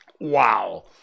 Wow